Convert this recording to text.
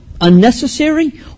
Unnecessary